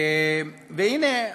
והנה,